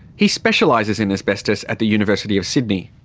he specialises in asbestos, at the university of sydney.